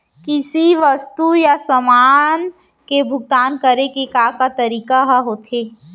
किसी वस्तु या समान के भुगतान करे के का का तरीका ह होथे?